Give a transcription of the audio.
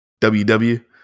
WW